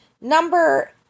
Number